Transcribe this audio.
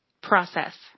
Process